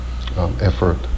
effort